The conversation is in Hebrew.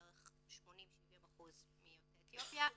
בערך 80%-70% מיוצאי אתיופיה,